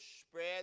spread